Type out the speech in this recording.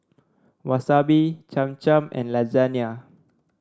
Wasabi Cham Cham and Lasagna